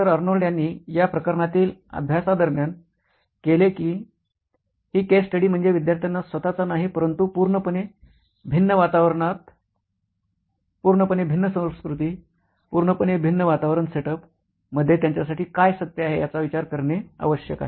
Arnold यांनी या प्रकरणातील अभ्यासादरम्यान केले किंवा ही केस स्टडी म्हणजे विद्यार्थ्याना स्वतःचा नाही परंतु पूर्णपणे भिन्न वातावरणात पूर्णपणे भिन्न संस्कृती पूर्णपणे भिन्न वातावरण सेटअप मध्ये त्यांच्यासाठी काय सत्य आहे याचा विचार करणे आवश्यक आहे